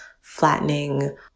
flattening